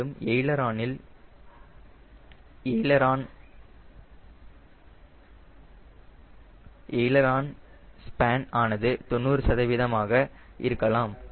மேலும் எய்லரானில் aileron span ஆனது 90 ஆக இருக்கலாம்